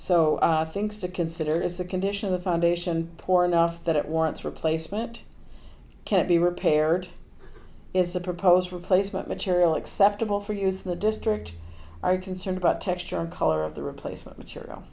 so things to consider is the condition of the foundation poor enough that it wants replacement can't be repaired is the proposed replacement material acceptable for use the district are concerned about texture and color of the replacement material